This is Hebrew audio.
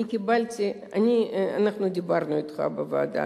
אני קיבלתי, אנחנו דיברנו אתך בוועדה.